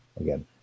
Again